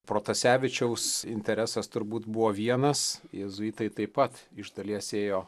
protasevičiaus interesas turbūt buvo vienas jėzuitai taip pat iš dalies ėjo